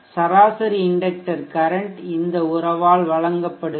சராசரி inductor current இந்த உறவால் வழங்கப்படுகிறது